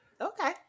Okay